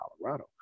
Colorado